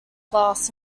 glass